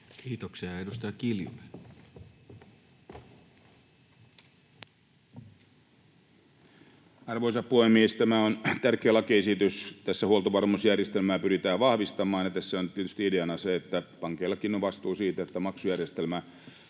laeiksi Time: 17:44 Content: Arvoisa puhemies! Tämä on tärkeä lakiesitys, tässä huoltovarmuusjärjestelmää pyritään vahvistamaan. Tässä on tietysti ideana se, että pankeillakin on vastuu siitä, että maksujärjestelmä